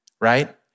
right